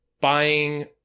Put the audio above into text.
buying